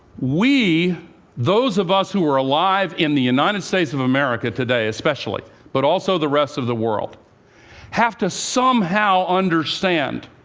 those of us who are alive in the united states of america today especially, but also the rest of the world have to somehow understand